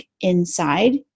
inside